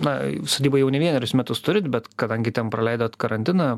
na sodybą jau ne vienerius metus turit bet kadangi ten praleidot karantiną